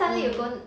mm